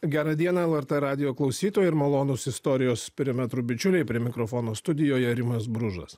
gerą dieną lrt radijo klausytojai ir malonūs istorijos perimetrų bičiuliai prie mikrofono studijoje rimas bružas